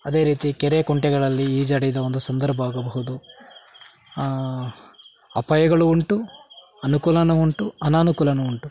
ಅದೇ ರೀತಿ ಕೆರೆ ಕುಂಟೆಗಳಲ್ಲಿ ಈಜಾಡಿದ ಒಂದು ಸಂದರ್ಭ ಆಗಬಹುದು ಅಪಾಯಗಳು ಉಂಟು ಅನುಕೂಲನು ಉಂಟು ಅನನುಕೂಲನು ಉಂಟು